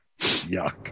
Yuck